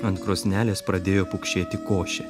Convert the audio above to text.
ant krosnelės pradėjo pukšėti košė